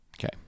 Okay